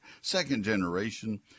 Second-generation